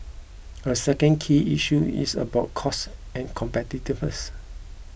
a second key issue is about costs and competitiveness